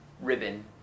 ribbon